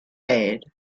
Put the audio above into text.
bad